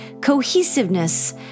cohesiveness